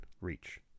reach